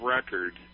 Record